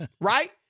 Right